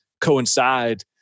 coincide